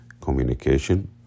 Communication